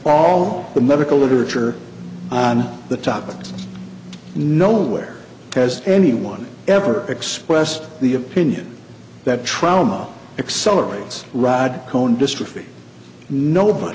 all the medical literature on the topic nowhere has anyone ever expressed the opinion that trauma accelerates rod cone dystrophy no